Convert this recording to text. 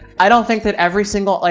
i don't think that every single, like,